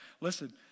Listen